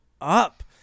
up